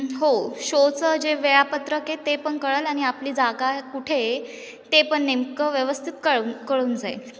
हो शोचं जे वेळापत्रक आहे ते पण कळेल आणि आपली जागा कुठे आहे ते पण नेमकं व्यवस्थित कळून कळून जाईल